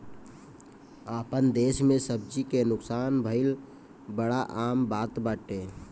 आपन देस में सब्जी के नुकसान भइल बड़ा आम बात बाटे